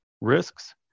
risks